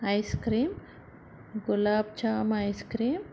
ice cream gulab jamun ice cream